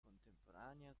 contemporanea